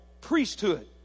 priesthood